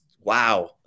wow